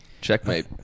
Checkmate